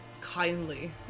kindly